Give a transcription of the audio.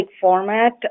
format